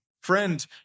friend